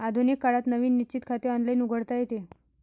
आधुनिक काळात नवीन निश्चित खाते ऑनलाइन उघडता येते